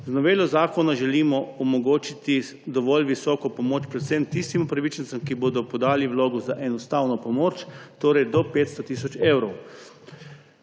Z novelo zakona želimo omogočiti dovolj visoko pomoč predvsem tistim upravičencem, ki bodo podali vlogo za enostavno pomoč, torej do 500 tisoč evrov.